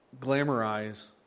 glamorize